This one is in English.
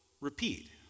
repeat